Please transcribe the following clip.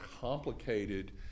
complicated